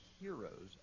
heroes